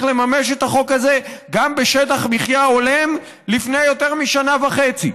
לממש את החוק הזה גם בשטח מחיה הולם לפני יותר משנה וחצי.